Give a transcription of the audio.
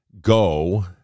go